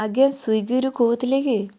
ଆଜ୍ଞା ସ୍ୱିଗିରୁ କହୁଥିଲେ କି